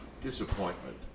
Disappointment